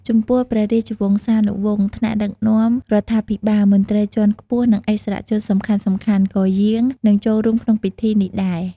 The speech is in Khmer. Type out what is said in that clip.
ចំពោះ ព្រះរាជវង្សានុវង្ស ថ្នាក់ដឹកនាំរដ្ឋាភិបាល មន្ត្រីជាន់ខ្ពស់ និងឥស្សរជនសំខាន់ៗ ក៏យាង និងចូលរួមក្នុងពិធីនេះដែរ។